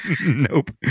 Nope